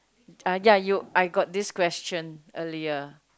uh ya you I got this question earlier